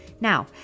Now